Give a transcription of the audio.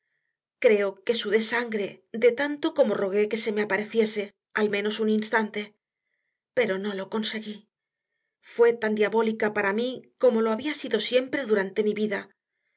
creo que sudé sangre de tanto como rogué que se me apareciese al menos un instante pero no lo conseguí fue tan diabólica para mí como lo había sido siempre durante mi vida